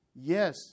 Yes